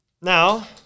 Now